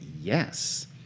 yes